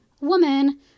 woman